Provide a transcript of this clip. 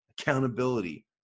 Accountability